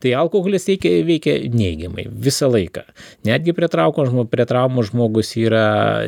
tai alkoholis veikia veikia neigiamai visą laiką netgi pritraukus prie traumų žmogus yra